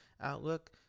outlook